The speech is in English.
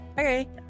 okay